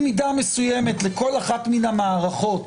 במידה מסוימת לכל אחת מן המערכות